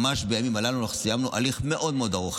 ממש בימים הללו אנחנו סיימנו הליך מאוד מאוד ארוך.